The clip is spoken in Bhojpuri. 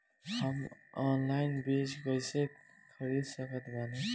हम ऑनलाइन बीज कइसे खरीद सकत बानी?